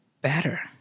better